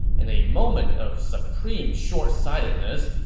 in a moment of supreme shortsightedness,